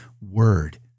Word